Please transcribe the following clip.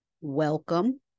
welcome